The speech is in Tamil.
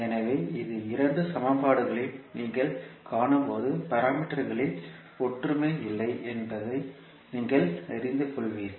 எனவே இந்த இரண்டு சமன்பாடுகளையும் நீங்கள் காணும்போது பாராமீட்டர்களில் ஒற்றுமை இல்லை என்பதை நீங்கள் அறிந்து கொள்வீர்கள்